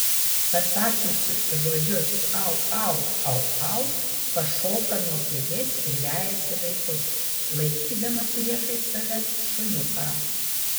pasakiusi žodžius au au au au pašoka nuo kėdės ir vejasi vaikus laikydama priešais save šuniuką